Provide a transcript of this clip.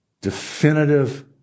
definitive